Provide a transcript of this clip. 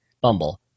Bumble